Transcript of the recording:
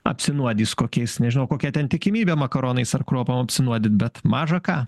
apsinuodys kokiais nežinau kokia ten tikimybė makaronais ar kruopom apsinuodyt bet maža ką